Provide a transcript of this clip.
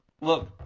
look